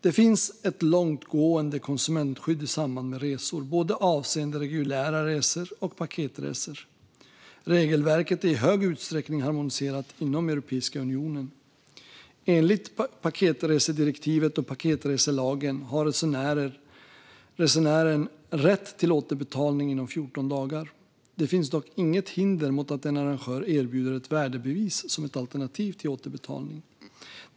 Det finns ett långtgående konsumentskydd i samband med resor, både avseende reguljära resor och paketresor. Regelverket är i hög utsträckning harmoniserat inom Europeiska unionen. Enligt paketresedirektivet och paketreselagen har resenären rätt till återbetalning inom 14 dagar. Det finns dock inget hinder mot att en arrangör erbjuder ett värdebevis som ett alternativ till återbetalning.